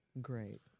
Great